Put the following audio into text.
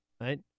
Right